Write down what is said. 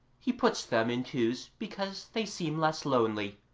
he puts them in twos because they seem less lonely.